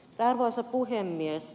arvoisa puhemies